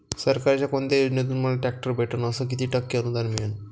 सरकारच्या कोनत्या योजनेतून मले ट्रॅक्टर भेटन अस किती टक्के अनुदान मिळन?